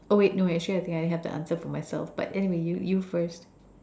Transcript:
oh wait no I should I think I actually I have the answer for myself but anyway you you first